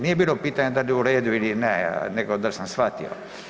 Nije bilo pitanje da li je u redu ili ne, nego da sam shvatio.